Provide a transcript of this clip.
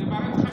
זה משהו חשוב.